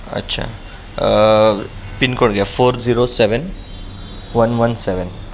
अच्छा पिनकोड घ्या four zero seven one one सेवन